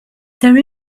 there